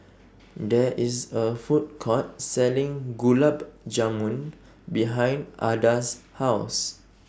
There IS A Food Court Selling Gulab Jamun behind Adda's House